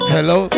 Hello